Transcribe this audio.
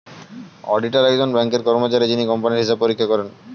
auditor একজন ব্যাঙ্কের কর্মচারী যিনি কোম্পানির হিসাব পরীক্ষা করেন